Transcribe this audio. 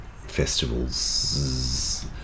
festivals